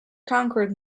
conquered